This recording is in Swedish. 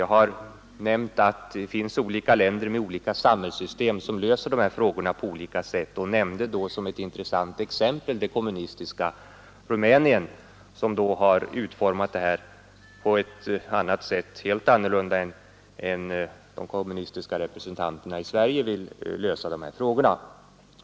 Jag har nämnt att det finns länder med olika samhällssystem som löser dessa frågor på olika sätt. Som ett intressant exempel tog jag det kommunistiska Rumänien som har utformat sin äktenskapslagstiftning på ett helt annat sätt än de kommunistiska representanterna i riksdagen vill lösa dessa frågor på i Sverige.